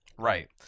Right